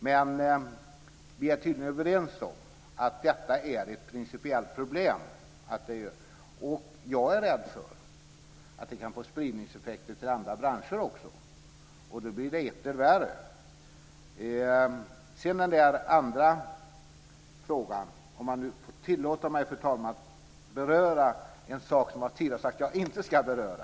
Men vi är tydligen överens om att detta är ett principiellt problem. Jag är rädd för att det också kan få spridningseffekter till andra branscher, och då blir det etter värre. Fru talman! Jag tillåter mig att beröra en sak som jag tidigare har sagt att jag inte ska beröra.